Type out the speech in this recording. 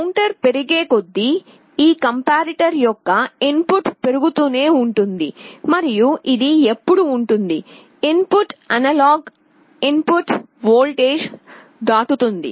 counter పెరిగేకొద్దీ ఈ comparator యొక్క ఇన్ పుట్ పెరుగుతూనే ఉంటుంది మరియు ఇది ఎప్పుడు ఉంటుంది input analog input వోల్టేజ్ను దాటుతుంది